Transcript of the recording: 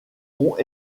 ont